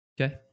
Okay